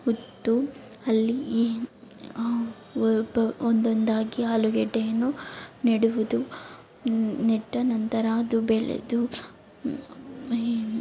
ಉತ್ತು ಅಲ್ಲಿಯೇ ಒಬ್ಬ ಒಂದೊಂದಾಗಿ ಆಲುಗೆಡ್ಡೆಯನ್ನು ನೆಡುವುದು ನೆಟ್ಟ ನಂತರ ಅದು ಬೆಳೆದು